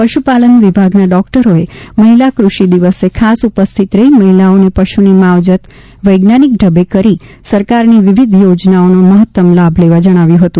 પશુપાલન વિભાગના ડોક્ટરોએ મહિલા કૃષિ દિવસે ખાસ ઉપસ્થિત રહી મહિલાઓને પશુની માવજત વૈજ્ઞાનિક ઢબે કરી સરકારની વિવિધ યોજનાઓનો મહત્તમ લાભ લેવા જણાવ્યું હતું